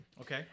Okay